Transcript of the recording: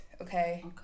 okay